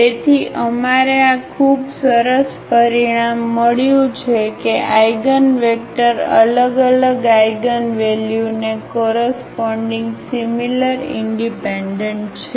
તેથી અમારે આ ખૂબ સરસ પરિણામ મળ્યું છે કે આઇગનવેક્ટર અલગ અલગ આઇગનવેલ્યુ ને કોરસપોન્ડીગ સિમિલર ઇનડિપેન્ડન્ટ છે